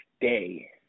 day